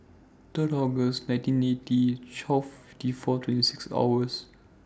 three August nineteen eighty twelve fifty four twenty six hours